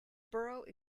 borough